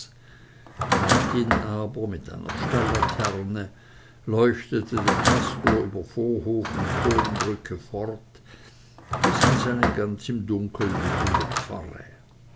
mit einer stallaterne leuchtete dem pastor über vorhof und bohlenbrücke fort bis an seine ganz im dunkel liegende pfarre